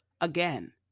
again